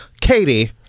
Katie